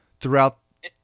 throughout